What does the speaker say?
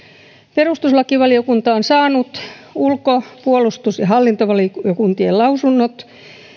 perustuslakivaliokunta on saanut ulko puolustus ja hallintovaliokuntien lausunnot